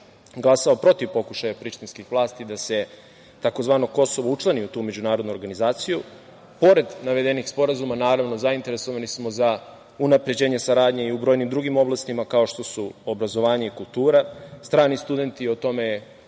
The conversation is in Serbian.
glasao protiv pokušaja prištinskih vlasti da se tzv. Kosovo učlani u tu međunarodnu organizaciju. Pored navedenih sporazuma, naravno, zainteresovani smo i za unapređenje saradnje u brojnim drugim oblastima, kao što su obrazovanje i kultura. Strani studenti, o tome je